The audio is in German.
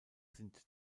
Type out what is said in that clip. sind